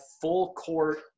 full-court